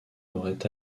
aurait